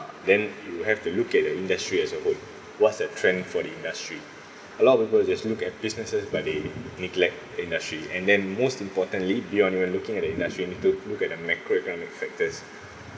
then you have to look at the industry as a whole what's the trend for the industry a lot of people just look at businesses but they neglect the industry and then most importantly beyond when looking at the industry you need to look at the macroeconomic factors